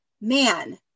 man